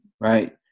right